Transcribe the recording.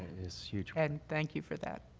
is huge. and thank you for that.